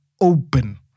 open